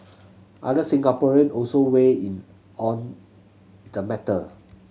other Singaporean also weigh in on the matter